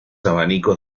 abanicos